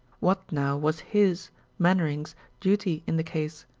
what now was his mainwaring's duty in the case?